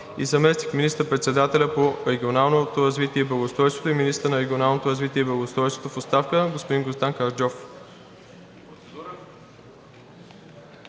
и заместник министър-председателят по регионалното развитие и благоустройството и министър на регионалното развитие и благоустройство в оставка господин Гроздан Караджов.